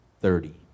thirty